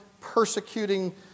persecuting